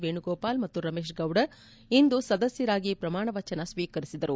ವೇಣುಗೋಪಾಲ್ ಮತ್ತು ರಮೇಶ್ಗೌಡ ಇಂದು ಸದಸ್ವರಾಗಿ ಪ್ರಮಾಣವಚನ ಸ್ವೀಕರಿಸಿದರು